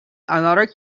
another